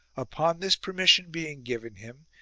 upon this permission being given him,